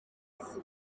twese